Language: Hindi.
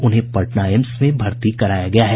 उन्हें पटना एम्स में भर्ती कराया गया है